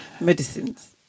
medicines